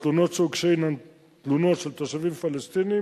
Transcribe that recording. התלונות שהוגשו הן תלונות של תושבים פלסטינים